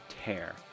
tear